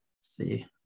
see